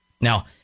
Now